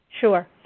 Sure